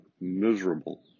miserable